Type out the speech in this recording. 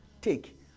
Take